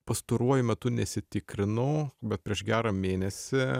pastaruoju metu nesitikrinau bet prieš gerą mėnesį